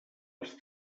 els